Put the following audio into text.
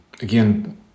again